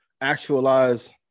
actualize